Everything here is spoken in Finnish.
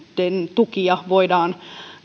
tukia voidaan